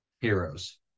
heroes